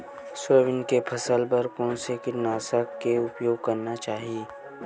Soybean के फसल बर कोन से कीटनाशक के उपयोग करना चाहि?